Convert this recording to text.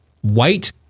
White